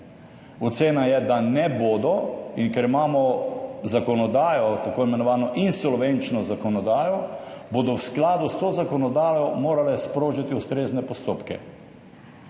Ocena je, da ne bodo in ker imamo zakonodajo, tako imenovano insolvenčno zakonodajo, bodo v skladu s to zakonodajo morale sprožiti ustrezne postopke.